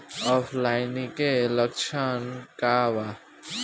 ऑफलाइनके लक्षण क वा?